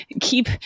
keep